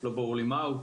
לא ברור לי מהו.